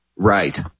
Right